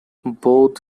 both